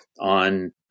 on